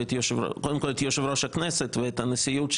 קודם כל את יושב-ראש הכנסת ואת הנשיאות,